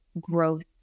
growth